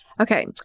Okay